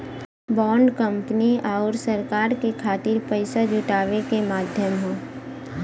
bond company आउर सरकार के खातिर पइसा जुटावे क माध्यम हौ